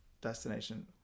destination